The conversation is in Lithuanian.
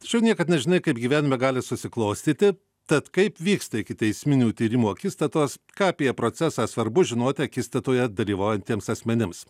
tačiau niekad nežinai kaip gyvenime gali susiklostyti tad kaip vyksta ikiteisminių tyrimų akistatos ką apie procesą svarbu žinoti akistatoje dalyvaujantiems asmenims